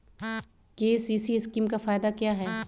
KCC scheme का फायदा क्या है?